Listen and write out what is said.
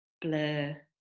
Blur